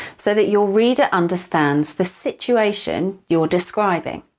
so that your reader understands the situation you're describing.